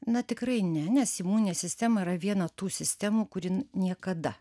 na tikrai ne nes imuninė sistema yra viena tų sistemų kuri niekada